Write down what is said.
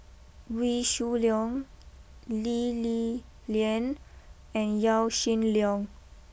Wee Shoo Leong Lee Li Lian and Yaw Shin Leong